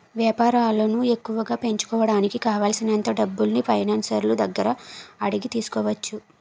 వేపారాలను ఎక్కువగా పెంచుకోడానికి కావాలిసినంత డబ్బుల్ని ఫైనాన్సర్ల దగ్గర అడిగి తీసుకోవచ్చు